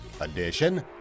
Edition